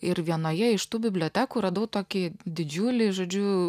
ir vienoje iš tų bibliotekų radau tokį didžiulį žodžiu